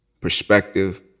perspective